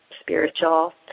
spiritual